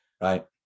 Right